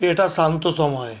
এটা শান্ত সময়